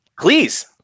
please